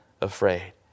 afraid